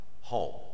home